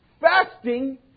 Fasting